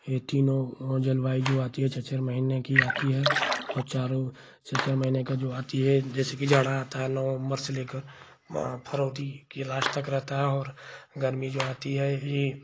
ए तीनों जलवायु जो आती है छ छ महीने की आती है और चारों छ छ महीने का जो आती है जैसे कि जाड़ा आता है नवंबर से लेकर फ़रवरी के लास्ट तक रहता है और गर्मी जो आती है ई